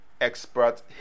expert